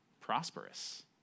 prosperous